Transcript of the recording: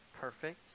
perfect